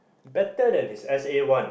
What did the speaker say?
better than his S_A One